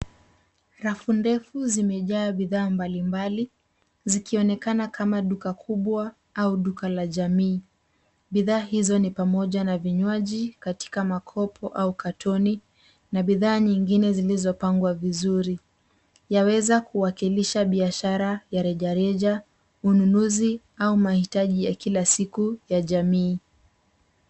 Rafu ndefu zimejaa bidhaa mbalimbali, zikionekana kama duka kubwa au duka la jamii. Bidhaa hizo ni pamoja na vinywaji katika makopo au katoni na bidhaa nyingine zilizopangwa vizuri. Yaweza kuwakilisha biashara ya rejareja, ununuzi au mahitaji ya kila siku ya jamii.